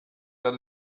that